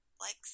likes